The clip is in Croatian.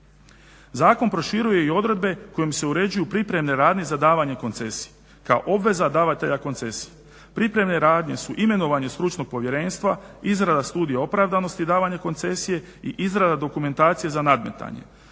Zakon proširuje i odredbe kojom se uređuju pripremne radnje za davanje koncesije kao obveza davatelja koncesije. Pripremne radnje su imenovanje stručnog povjerenstva, izrada studije opravdanosti davanja koncesije i izrada dokumentacije za nadmetanje.